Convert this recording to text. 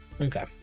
Okay